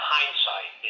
Hindsight